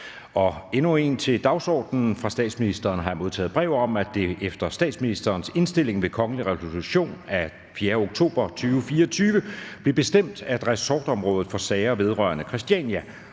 af www.folketingstidende.dk. Fra statsministeren har jeg modtaget brev om, at det efter statsministerens indstilling ved kongelig resolution af 4. oktober 2024 blev bestemt, at ressortområdet for sager vedrørende Christiania